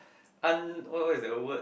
un~ what what is that word